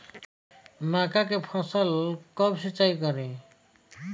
मका के फ़सल कब सिंचाई करी?